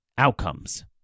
outcomes